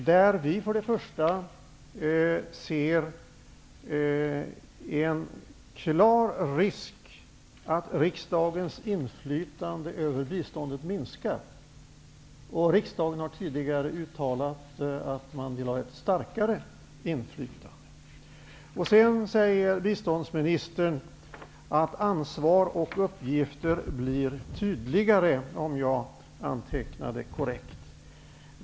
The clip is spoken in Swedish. Främst ser vi här en klar risk att riksdagens inflytande över biståndet minskar. Riksdagen har ju tidigare uttalat sig för ett starkare inflytande. Vidare säger biståndsministern att ansvar och uppgifter blir tydligare -- om jag nu antecknat korrekt.